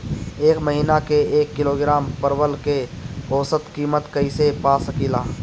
एक महिना के एक किलोग्राम परवल के औसत किमत कइसे पा सकिला?